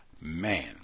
Man